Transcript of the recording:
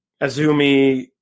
Azumi –